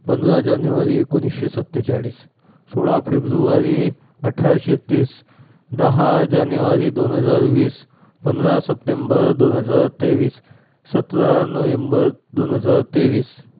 पंधरा जानेवारी एकोणीसशे सत्तेचाळीस सोळा फेब्रुवारी अठराशे तीस दहा जानेवारी दोन हजार वीस पंधरा सप्टेंबर दोन हजार तेवीस सतरा नोव्हेंबर दोन हजार तेवीस